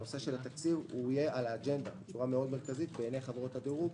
הנושא של התקציב יהיה על האג'נדה בצורה מרכזית מאוד בעיני חברות הדירוג,